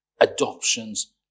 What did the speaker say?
adoptions